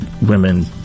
women